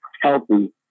healthy